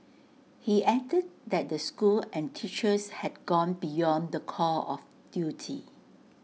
he added that the school and teachers had gone beyond the call of duty